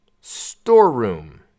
Storeroom